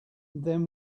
then